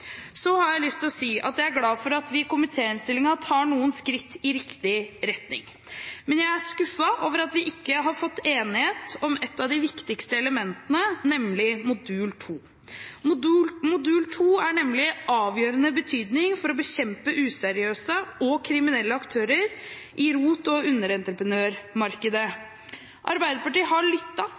Så har jeg lyst til å si at jeg er glad for at vi i komitéinnstillingen tar noen skritt i riktig retning. Men jeg er skuffet over at vi ikke har fått enighet om et av de viktigste elementene, nemlig modul 2. Modul 2 er nemlig av avgjørende betydning for å bekjempe useriøse og kriminelle aktører i ROT- og underentreprenørmarkedet. Arbeiderpartiet har